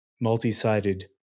multi-sided